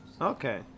okay